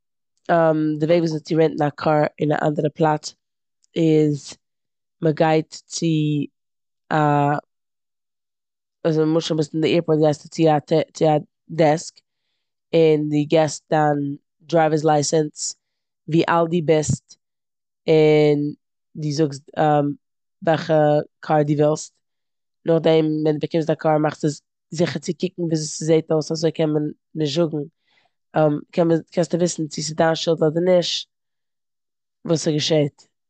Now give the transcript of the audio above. די וועג וויאזוי צו רענטן א קאר אין א אנדערע פלאץ איז מ'גייט צו א- אזוי נמשל די בוסט אין די עירפארט גייסטו צו א טי- צו א דעסק און די גיבסט דיין דרייווערס לייסענס, ווי אלט די בוסט און די זאגסט וועלכע קאר די ווילסט. נאכדעם ווען די באקומסט דיין קאר מאכסטו זיכער צו קוקן וויאזוי ס'זעט אויס אזוי קען מען נישט זאגן- קען מען- קענסטו וויסן צו ס'איז דיין שולד אדער נישט וואס ס'געשעט.